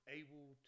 able